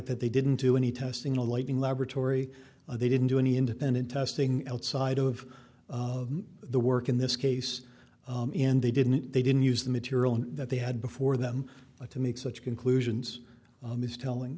that they didn't do any testing alighting laboratory they didn't do any independent testing outside of the work in this case and they didn't they didn't use the material that they had before them to make such conclusions ms telling